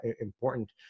important